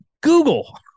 Google